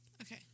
Okay